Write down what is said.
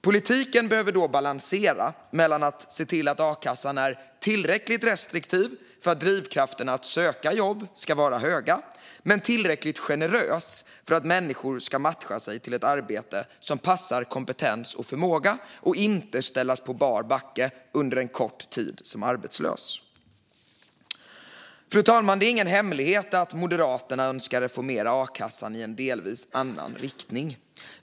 Politiken behöver då balansera mellan att se till att a-kassan är tillräckligt restriktiv för att drivkraften att söka jobb ska vara hög men tillräckligt generös för att människor ska matchas till ett arbete som passar kompetens och förmåga och inte ställas på bar backe under en kort tid som arbetslös. Fru talman! Det är ingen hemlighet att Moderaterna önskar reformera a-kassan i en delvis annan riktning.